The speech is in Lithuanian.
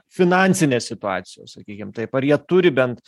finansinės situacijos sakykim taip ar jie turi bent